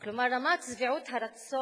כלומר, רמת שביעות הרצון